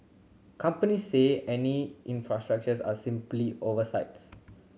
companies say any are simply oversights